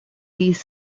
these